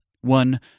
One